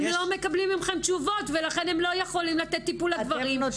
הם לא מקבלים מכם תשובות ולכן הם לא יכולים לטפל בדברים.